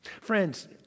Friends